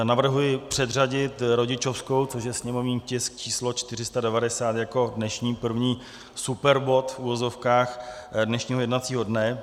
Navrhuji předřadit rodičovskou, což je sněmovní tisk číslo 490, jako dnešní první superbod, v uvozovkách, dnešního jednacího dne.